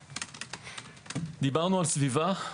דיברנו על סביבה.